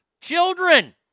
Children